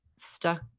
stuck